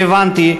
והבנתי,